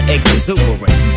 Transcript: Exuberant